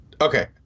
Okay